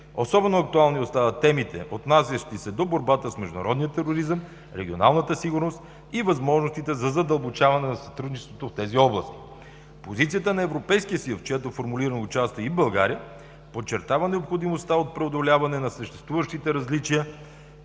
Особено актуални остават темите отнасящи се до борбата с международния тероризъм, регионалната сигурност и възможностите за задълбочаване на сътрудничеството в тези области. Позицията на Европейския съюз, в чието формулиране участва и България, подчертава необходимостта от преодоляване на съществуващите различия